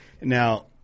Now